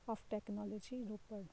of technology Ropar